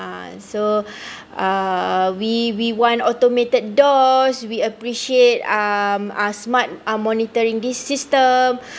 uh so uh we we want automated doors we appreciate um a smart ah monitoring this system